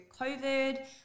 COVID